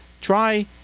try